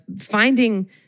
finding